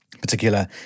particular